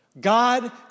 God